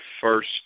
first